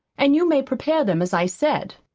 and you may prepare them as i said.